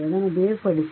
ಅದನ್ನು ಬೇರ್ಪಡಿಸಿ